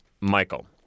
Michael